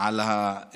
על